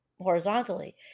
horizontally